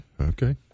Okay